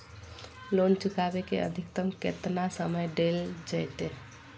Loan चुकाबे के अधिकतम केतना समय डेल जयते?